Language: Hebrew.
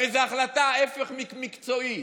הרי זאת החלטה ההפך ממקצועית,